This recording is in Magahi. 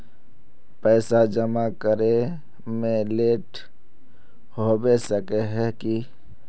पैसा जमा करे में लेट होबे सके है की?